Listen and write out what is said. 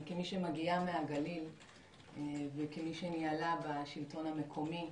כמי שמגיעה מהגליל וכמי שניהלה בשלטון המקומי,